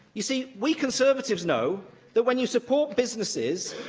you see, we conservatives know that when you support businesses,